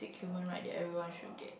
human right that everyone should get